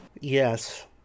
yes